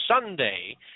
Sunday